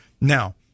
Now